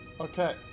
okay